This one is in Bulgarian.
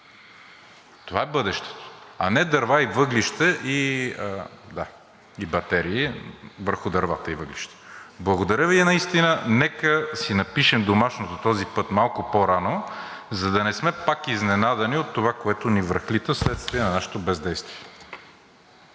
Това е бъдещето, а не дърва и въглища и батерии върху дървата и въглищата. Благодаря Ви. Наистина нека си напишем домашното този път малко по рано, за да не сме пак изненадани от това, което ни връхлита вследствие на нашето бездействие.